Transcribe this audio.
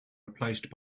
replaced